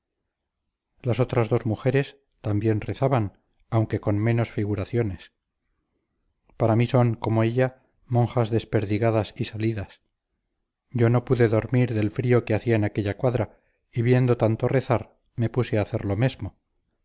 las otras dos mujeres también rezaban aunque con menos figuraciones para mí son como ella monjas desperdigadas y salidas yo no pude dormir del frío que hacía en aquella cuadra y viendo tanto rezar me puse a hacer lo mesmo